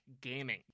gaming